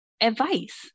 advice